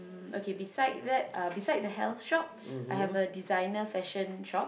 okay beside that uh beside the health shop I have a designer fashion shop